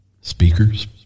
Speakers